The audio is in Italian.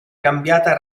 cambiata